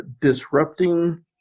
Disrupting